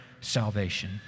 salvation